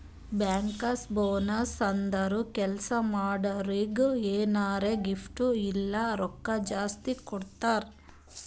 bankers bonus ಅಂದುರ್ ಕೆಲ್ಸಾ ಮಾಡೋರಿಗ್ ಎನಾರೇ ಗಿಫ್ಟ್ ಇಲ್ಲ ರೊಕ್ಕಾ ಜಾಸ್ತಿ ಕೊಡ್ತಾರ್